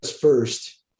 first